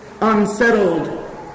unsettled